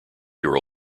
year